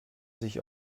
sich